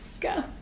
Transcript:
Go